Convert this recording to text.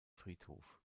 friedhof